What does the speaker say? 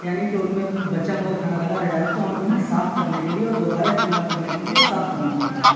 یعنی کی ان میں بچا ہوا کھانا لگا رہ جاتا ہےتو ہمیں انھیں صاف کرنے کے لیے اور دوبارہ استعمال کرنے کے لیے صاف کرنا پڑتا ہے